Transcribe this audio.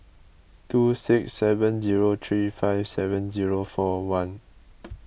two six seven zero three five seven zero four one